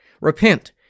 Repent